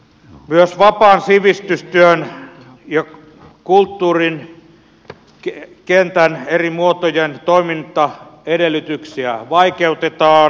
myös vapaan sivistystyön ja kulttuurin kentän eri muotojen toimintaedellytyksiä vaikeutetaan